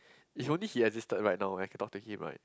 if only he existed right now I can talk to him right